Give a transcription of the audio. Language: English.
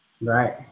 Right